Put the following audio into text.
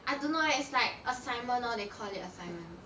I dunno leh it's like assignment lor they call it assignment